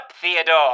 Theodore